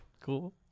Cool